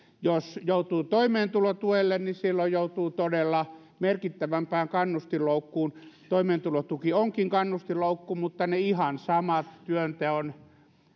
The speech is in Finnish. jos joutuu toimeentulotuelle niin silloin joutuu todella merkittävämpään kannustinloukkuun toimeentulotuki onkin kannustinloukku mutta siellä ovat tietysti toiminnassa ne ihan samat työnteon